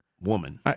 woman